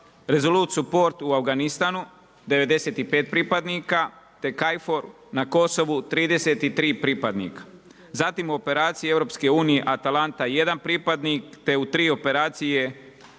Resolute Support u Afganistanu 95 pripadnika, te KFOR na Kosovu 33 pripadnika. Zatim operacije Europske unije Atalanta jedan pripadnik, te u tri operacije